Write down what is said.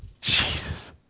Jesus